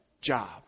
job